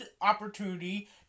opportunity